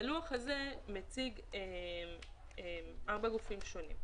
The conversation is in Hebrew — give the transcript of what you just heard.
הלוח הזה מציג ארבעה גופים שונים.